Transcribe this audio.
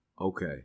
Okay